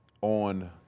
on